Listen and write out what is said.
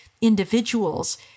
individuals